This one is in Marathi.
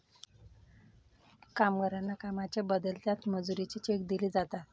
कामगारांना कामाच्या बदल्यात मजुरीचे चेक दिले जातात